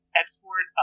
export